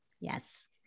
Yes